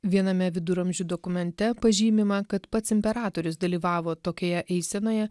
viename viduramžių dokumente pažymima kad pats imperatorius dalyvavo tokioje eisenoje